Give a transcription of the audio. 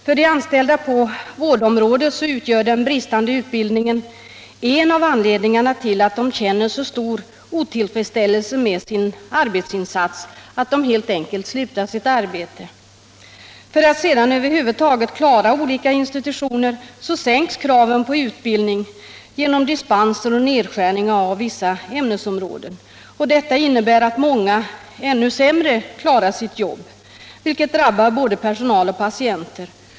För de anställda på vårdområdet utgör den bristande utbildningen en av anledningarna till att de känner så stor otillfredsställelse med sin arbetsinsats att de helt enkelt slutar sitt arbete. För att över huvud taget klara olika institutioner sänks kraven på utbildning genom dispenser och nedskärningar inom vissa ämnesområden. Detta innebär att många klarar sitt jobb ännu sämre, vilket drabbar både personal och patienter.